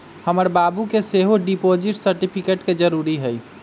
हमर बाबू के सेहो डिपॉजिट सर्टिफिकेट के जरूरी हइ